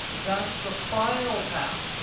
that's the file path.